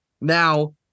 Now